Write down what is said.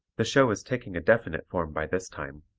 the show is taking a definite form by this time.